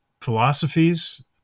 philosophies